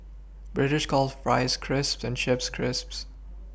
British calls Fries Chips and Chips Crisps